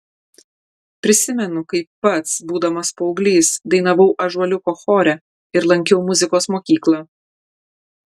prisimenu kaip pats būdamas paauglys dainavau ąžuoliuko chore ir lankiau muzikos mokyklą